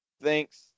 Thanks